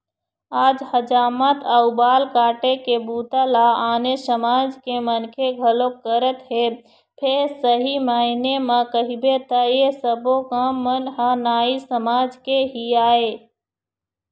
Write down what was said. आज हजामत अउ बाल काटे के बूता ल आने समाज के मनखे घलोक करत हे फेर सही मायने म कहिबे त ऐ सब्बो काम मन ह नाई समाज के ही आय